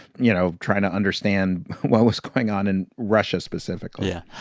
you know, trying to understand what was going on in russia specifically yeah.